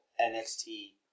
NXT